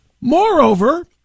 moreover